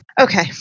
Okay